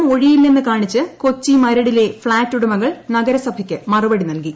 താമസം ഒഴിയില്ലെന്ന് കാണിച്ച് കൊച്ചി മരടിലെ ഫ്ളാറ്റ് ഉടമകൾ നഗരസഭയ്ക്ക് മറുപടി നൽകി